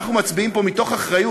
שאנחנו מצביעים פה מתוך אחריות,